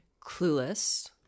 Clueless